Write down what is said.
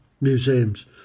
museums